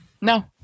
No